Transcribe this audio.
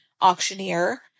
Auctioneer